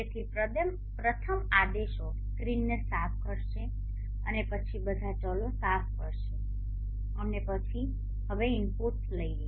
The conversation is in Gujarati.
તેથી પ્રથમ આદેશો સ્ક્રીનને સાફ કરશે અને પછી બધા ચલો સાફ કરશે અને પછી હવે ઇનપુટ્સ લઈએ